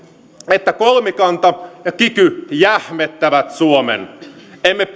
että kolmikanta ja kiky jähmettävät suomen emme